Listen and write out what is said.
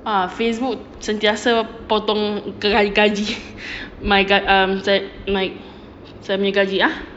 ah facebook sentiasa potong gaji my err my~ saya punya gaji ah